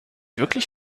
wirklich